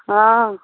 हाँ